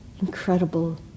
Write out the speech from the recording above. incredible